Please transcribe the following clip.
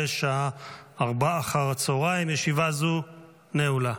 בשעה 16:00. ישיבה זו נעולה.